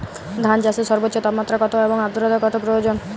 ধান চাষে সর্বোচ্চ তাপমাত্রা কত এবং আর্দ্রতা কত প্রয়োজন?